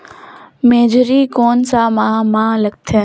मेझरी कोन सा माह मां लगथे